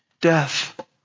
death